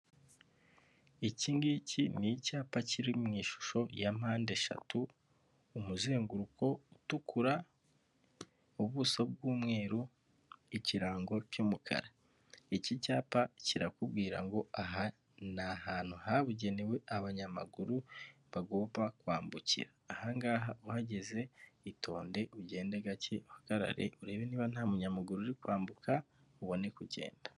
Iki ngiki ni icyapa kiri mu ishusho ya mpandeshatu, umuzenguruko utukura, ubuso bw'umweru, ikirango cy'umukara. Iki cyapa kirakubwira ngo aha ni ahantu habugenewe abanyamaguru bagomba kwambukira, ahangaha uhageze itonde ugende gake uhagarare urebe niba nta munyamaguru uri kwambuka ubone kugenda.